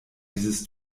dieses